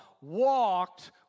walked